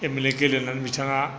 M L A गेलेनानै बिथाङा